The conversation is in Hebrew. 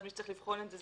אז מי שצריך לבחון את זה,